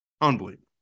Unbelievable